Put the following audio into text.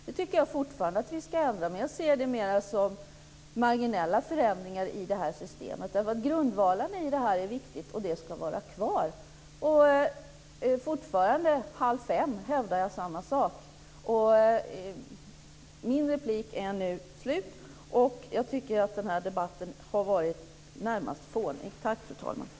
Jag tycker fortfarande att det ska ändras men jag ser det mer som marginella förändringar i systemet. Grundvalarna i detta är viktigt och ska vara kvar. Fortfarande, klockan halv fem, hävdar jag samma sak. Min repliktid är nu slut men jag vill hinna med att säga att jag tycker att den här debatten närmast har varit fånig.